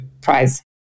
prize